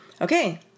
Okay